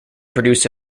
produce